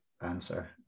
answer